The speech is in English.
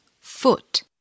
foot